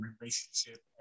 relationship